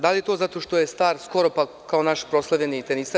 Da li je to zato što je star skoro kao naš proslavljeni teniser?